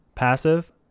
Passive